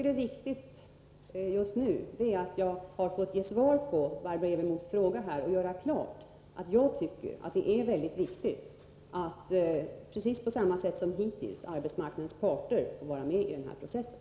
Det viktiga just nu är att jag genom att ge svar på Barbro Evermos fråga har fått göra klart att jag tycker att det är mycket väsentligt att arbetsmarkna dens parter, på precis samma sätt som hittills, får vara med i nomineringsprocessen.